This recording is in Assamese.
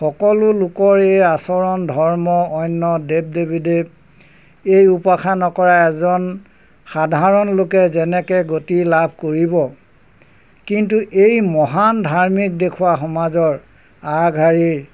সকলো লোকৰ এই আচৰণ ধৰ্ম অন্য দেৱ দেৱী দেৱ এই উপাসান কৰা এজন সাধাৰণ লোকে যেনেকৈ গতি লাভ কৰিব কিন্তু এই মহান ধাৰ্মিক দেখুওৱা সমাজৰ আগশাৰীৰ